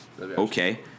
Okay